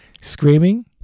screaming